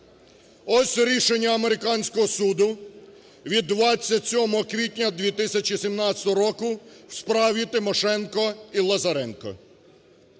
Ось рішення американського суду від 27 квітня 2017 року у справі Тимошенко і Лазаренко.